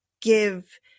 give